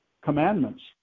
commandments